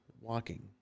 walking